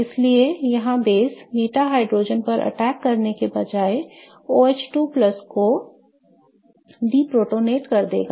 इसलिए यहां base beta hydrogen पर अटैक करने के बजाय OH2 को deprotonate कर देगा